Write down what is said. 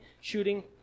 shooting